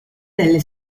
nelle